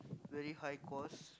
very high cost